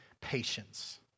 patience